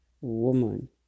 Woman